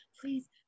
please